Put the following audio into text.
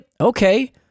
Okay